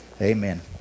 Amen